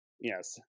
Yes